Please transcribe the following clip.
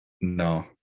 No